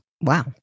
Wow